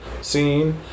scene